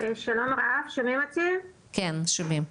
שלום רב, אני גם